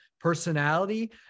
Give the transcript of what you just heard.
personality